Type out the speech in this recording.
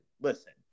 listen